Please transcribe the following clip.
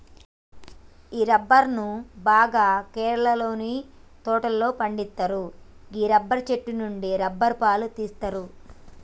రబ్బరును బాగా కేరళలోని తోటలలో పండిత్తరు గీ రబ్బరు చెట్టు నుండి రబ్బరు పాలు తీస్తరు